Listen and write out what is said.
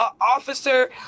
Officer